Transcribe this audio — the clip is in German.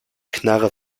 knarre